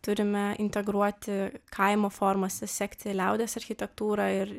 turime integruoti kaimo formose sekti liaudies architektūrą ir